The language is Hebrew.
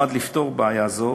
נועד לפתור בעיה זו